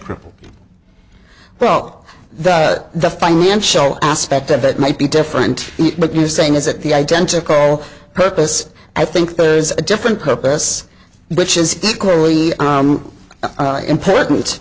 cripple well that the financial aspect of it might be different but you're saying is that the identical purpose i think there's a different purpose which is equally important